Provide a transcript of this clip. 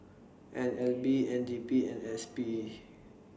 N L B N D P and S P